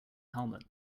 helmet